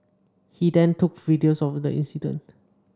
he then took videos of the incident